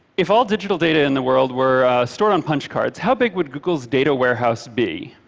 if all digital data in the world were stored on punch cards, how big would google's data warehouse be?